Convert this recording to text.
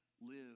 live